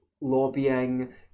lobbying